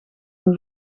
een